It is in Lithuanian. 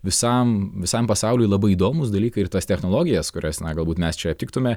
visam visam pasauliui labai įdomūs dalykai ir tas technologijas kurias na galbūt mes čia aptiktume